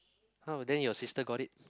how then your sister got it